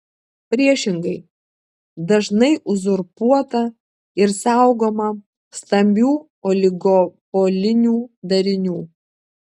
priešingai dažnai uzurpuota ir saugoma stambių oligopolinių darinių